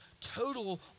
total